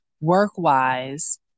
work-wise